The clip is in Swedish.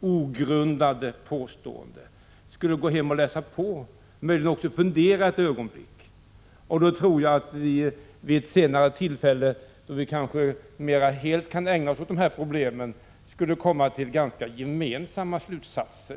ogrundade påståenden, skulle gå hem och läsa på och möjligen också fundera ett ögonblick. Då tror jag att vi vid ett senare tillfälle, då vi kanske mer helt kan ägna oss åt de här problemen, skulle komma till ganska gemensamma slutsatser.